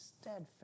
steadfast